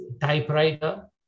typewriter